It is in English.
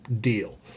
deal